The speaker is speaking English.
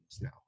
Now